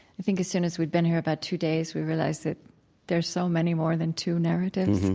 i think, as soon as we'd been here about two days, we realized that there are so many more than two narratives.